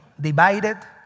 divided